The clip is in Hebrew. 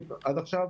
גם מכינה קדם צבאית.